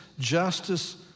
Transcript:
justice